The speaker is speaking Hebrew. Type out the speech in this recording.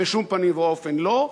בשום פנים ואופן לא,